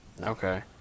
Okay